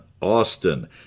Austin